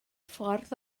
ffordd